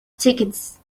tickets